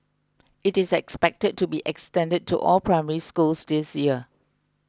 it is expected to be extended to all Primary Schools this year